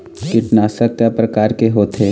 कीटनाशक कय प्रकार के होथे?